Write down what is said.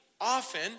often